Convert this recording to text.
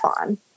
on